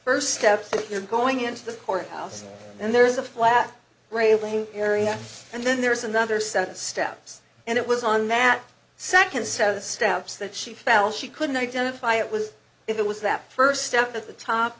first steps in going into the court house and there's a flat railing area and then there's another set of steps and it was on that second set of the steps that she fell she couldn't identify it was if it was that first step at the top